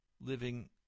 living